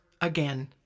again